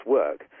work